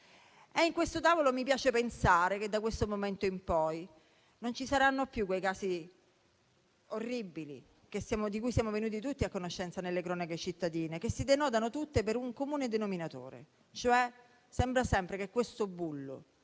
da questo tavolo, mi piace pensare che, da questo momento in poi, non ci saranno più quei casi orribili di cui siamo venuti tutti a conoscenza nelle cronache cittadine, i quali si denotano tutti per un comune denominatore. Sembra sempre che questo bullo,